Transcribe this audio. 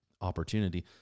opportunity